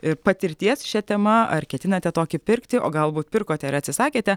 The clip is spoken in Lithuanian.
ir patirties šia tema ar ketinate tokį pirkti o galbūt pirkote ir atsisakėte